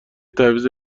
تعویض